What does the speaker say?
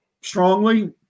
strongly